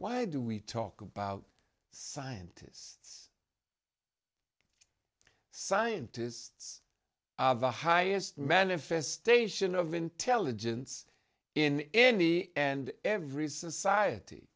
why do we talk about scientists scientists of the highest manifestation of intelligence in any and every society